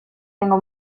tengo